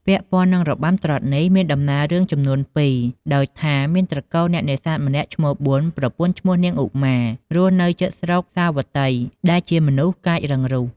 ពាក់ព័ន្ធនឹងរបាំត្រុដិនេះ មានដំណាលរឿងចំនួន២ ដោយថា មានត្រកូលអ្នកនេសាទម្នាក់ឈ្មោះប៊ុន ប្រពន្ធឈ្មោះនាងឧមា រស់នៅជិតស្រុកសាវត្តី ដែលជាមនុស្សកាចរឹងរូស។